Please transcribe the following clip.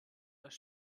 das